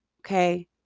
Okay